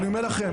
אני אומר לכם,